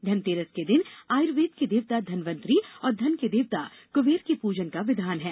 धनतेरस के दिन आयुर्वेद के देवता धन्वंतरी और धन के देवता कुंबेर के पूजन का विधान है